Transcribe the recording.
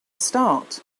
start